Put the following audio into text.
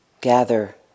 gather